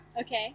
Okay